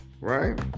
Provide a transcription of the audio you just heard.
Right